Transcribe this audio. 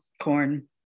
corn